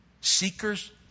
seekers